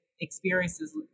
experiences